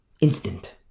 instant